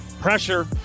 Pressure